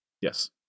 Yes